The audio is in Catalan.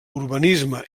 urbanisme